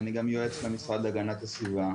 אני גם יועץ למשרד להגנת הסביבה.